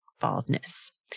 baldness